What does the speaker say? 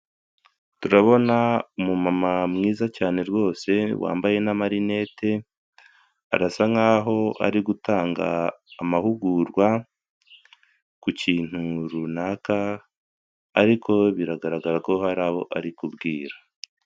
Turabona umumama mwiza cyane rwose wambaye n'amarinete arasa nkaho ari gutanga amahugurwa ku kintu runaka ariko biragaragara ko hari abo ari kubwira.